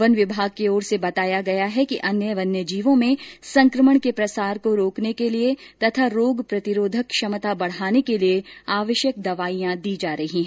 one विभाग की ओर से बताया गया है कि अन्य वन्यजीवों में संक्रमण के प्रसार को रोकने के लिए तथा रोग प्रतिरोधक क्षमता बढाने के लिए आवश्यक दवाइयां दी जा रही हैं